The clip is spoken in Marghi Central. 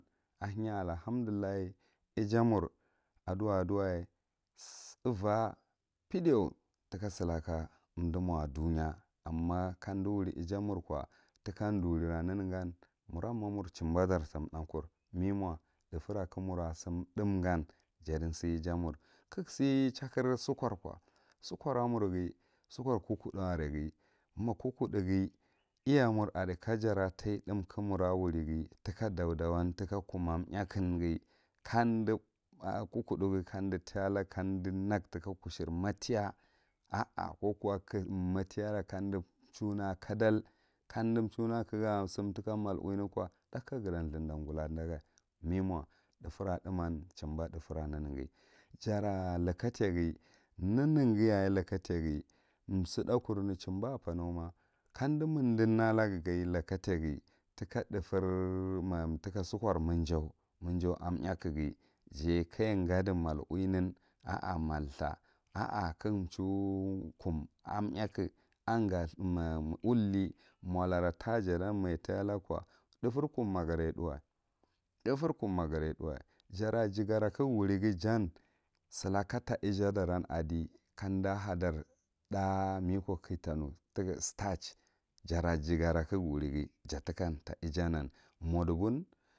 Ahenya allahamdullah ija mor aduwa aɗuwa yaye nvoh peɗio tika silaka umɗu mo aka ɗuya, amma kamvu wury ija mor ko tika adurira yenegan muran ma mur jumbadar him yhakur, me mo thu’fera kamura sim thum gan jadin siye iya mur ka siy chakir sukar know, sukara murgha sukar kukuddughi iyah mur arw ka ka jara tai thum ka mura wurighi, tika dau ɗawan, tika kum a nyahune ghi, kanah a kokuddu ghi kamdu tai alaga kamdu nagu tika kussheri matiya ko kuwa matiyara amdu thuwnna ko kadal, kammɗu chuna laga ka ga simne tika mal uwine ko thaka gata thuɗa gula ɗaga me mo thufera thuman chumba thufera neneghi jara lakataighi, neneghi yaye lakataighi, suthukurne chumba apanow ma, kamdu minɗin alaga taka sukar min jaw, min jauw anthakk ghi jaye ka dagudi mal uwinan a. a, mal thuh kagu chuw kum ayheku c anga ulli molara tajaɗan maja tai alamgu ko thufe kum ma gathay thuwa, thufar kum ma gahuy, thuwa, jara jagara kagu wurighi jan silaka ta ijaɗaran idi kam ɗa ha ɗar tha, me ko kitanu tige stach jara jegara kagu warighi ja tikan ta ijanan, moɗugun.